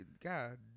God